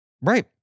Right